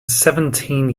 seventeen